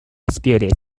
disputed